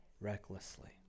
recklessly